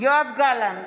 יואב גלנט,